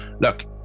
look